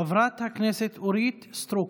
חברת הכנסת אורית סטרוק,